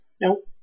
Nope